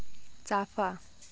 चाफा